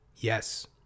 Yes